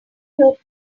know